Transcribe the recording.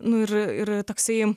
nu ir ir toksai